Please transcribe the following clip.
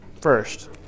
first